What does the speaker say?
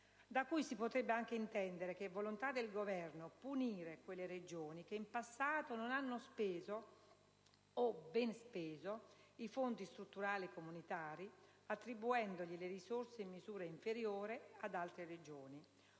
Ciò farebbe anche intendere che è volontà del Governo punire quelle Regioni che in passato non hanno speso, o ben speso, i fondi strutturali comunitari, attribuendogli risorse in misura inferiore ad altre Regioni.